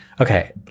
okay